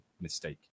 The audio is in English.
mistake